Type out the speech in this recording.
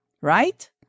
right